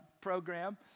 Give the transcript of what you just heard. program